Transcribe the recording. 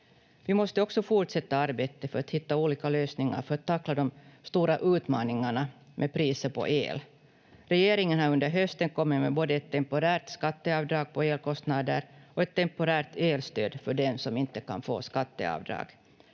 Vi måste också fortsätta arbetet för att hitta olika lösningar för att tackla de stora utmaningarna med priset på el. Regeringen har under hösten kommit med både ett temporärt skatteavdrag på elkostnader och ett temporärt elstöd för dem som inte kan få skatteavdrag.